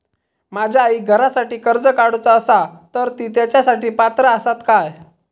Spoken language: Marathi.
माझ्या आईक घरासाठी कर्ज काढूचा असा तर ती तेच्यासाठी पात्र असात काय?